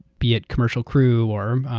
be it commercial crew or